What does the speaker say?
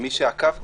למי שעקב קצת,